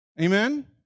Amen